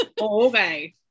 Okay